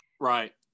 Right